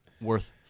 worth